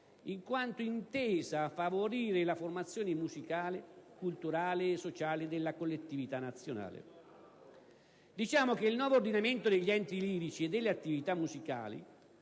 in quanto intesa a favorire la formazione musicale, culturale e sociale della collettività nazionale». Diciamo che il «Nuovo ordinamento degli enti lirici e delle attività musicali»